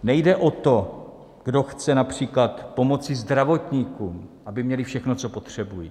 Nejde o to, kdo chce například pomoci zdravotníkům, aby měli všechno, co potřebují.